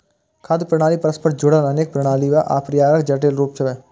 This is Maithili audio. खाद्य प्रणाली परस्पर जुड़ल अनेक प्रणाली आ प्रक्रियाक जटिल रूप छियै